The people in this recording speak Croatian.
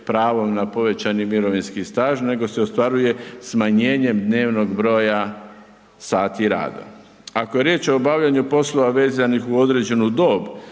na povećani mirovinski staž, nego se ostvaruje smanjenjem dnevnog broja sati rada. Ako je riječ o obavljanju poslova vezanih uz određenu dob